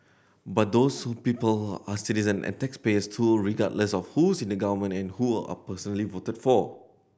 but those people are citizen and taxpayers too regardless of who's in government and who are personally voted for